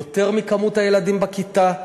יותר מכמות הילדים בכיתה,